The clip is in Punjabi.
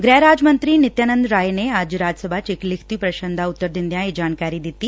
ਗ੍ਰਹਿ ਰਾਜ ਮੰਤਰੀ ਨਿਤਯਾਨੰਦ ਰਾਏ ਨੇ ਅੱਜ ਰਾਜ ਸਭਾ ਚ ਇਕ ਲਿਖਤੀ ਪ੍ਰਸਨ ਦਾ ਉੱਤਰ ਦਿੰਦਿਆਂ ਇਹ ਜਾਣਕਾਰੀ ਦਿੱਡੀ